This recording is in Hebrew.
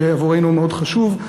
שעבורנו הוא מאוד חשוב,